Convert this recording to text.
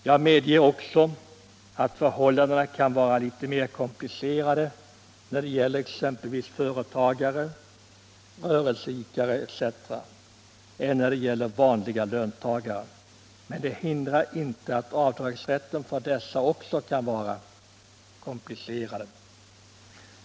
Jag medger att förhållandena kan vara litet mer komplicerade när det gäller exempelvis företagare, rörelseidkare etc. än när det gäller vanliga löntagare, men det hindrar inte att avdragsrätten för alla kan vara komplicerad.